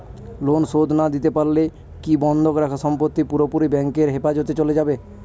Loan শোধ না দিতে পারলে কি বন্ধক রাখা সম্পত্তি পুরোপুরি ব্যাংকের হেফাজতে চলে যাবে?